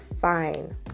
fine